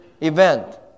event